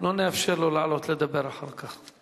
לא נאפשר לו לעלות לדבר אחר כך.